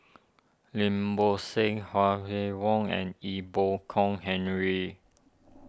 Lim Bo Seng Huang and Ee Boon Kong Henry